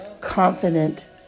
confident